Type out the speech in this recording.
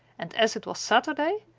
and as it was saturday,